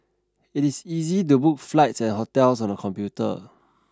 it is easy to book flights and hotels on the computer